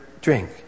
drink